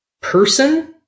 person